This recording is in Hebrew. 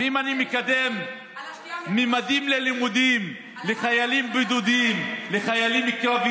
ואם אני מקדם ממדים ללימודים לחיילים קרביים,